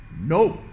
Nope